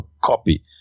copy